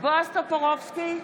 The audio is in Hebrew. בועז טופורובסקי,